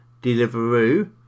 Deliveroo